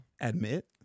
Admit